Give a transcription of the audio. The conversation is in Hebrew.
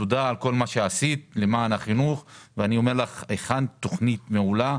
תודה על כל מה שעשית למען החינוך ואני אומר לך שהכנת תכנית מעולה.